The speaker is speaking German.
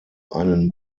einen